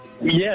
Yes